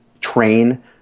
train